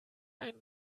ein